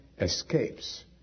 escapes